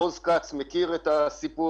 עוז כץ מכיר את הסיפור,